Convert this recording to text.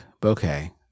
bouquet